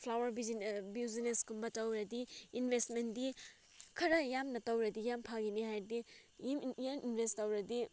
flower ꯕ꯭ꯌꯨꯖꯤꯅꯦꯁꯀꯨꯝꯕ ꯇꯧꯔꯗꯤ ꯏꯟꯚꯦꯁꯃꯦꯟꯗꯤ ꯈꯔ ꯌꯥꯝꯅ ꯇꯧꯔꯗꯤ ꯌꯥꯝ ꯐꯒꯅꯤ ꯍꯥꯏꯔꯗꯤ ꯌꯥꯝ ꯌꯥꯝ ꯏꯟꯚꯦꯁ ꯇꯧꯔꯗꯤ